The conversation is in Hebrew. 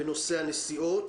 הבנו כאן בנושא הפלאפונים לצורך